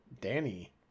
Danny